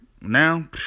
now